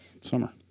summer